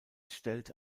stellt